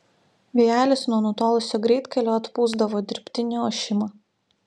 vėjelis nuo nutolusio greitkelio atpūsdavo dirbtinį ošimą